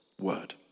word